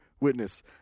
Witness